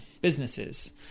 businesses